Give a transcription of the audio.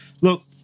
look